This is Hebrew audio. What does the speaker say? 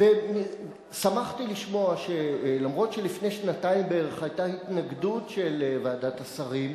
שמחתי לשמוע שאף שלפני שנתיים בערך היתה התנגדות של ועדת השרים,